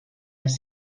les